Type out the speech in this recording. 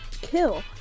kill